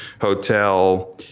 hotel